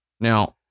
Now